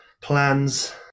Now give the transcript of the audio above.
plans